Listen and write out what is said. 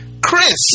Chris